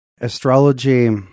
astrology